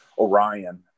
orion